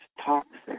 toxic